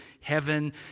heaven